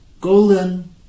golden